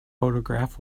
photograph